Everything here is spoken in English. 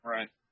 Right